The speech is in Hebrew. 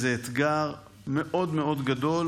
זה אתגר מאוד מאוד גדול.